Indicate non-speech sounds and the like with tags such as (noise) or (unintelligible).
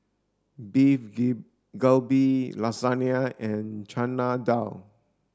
Beef (unintelligible) Galbi Lasagne and Chana Dal